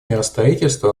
миростроительства